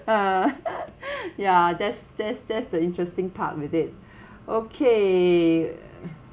uh ya that's that's that's the interesting part with it okay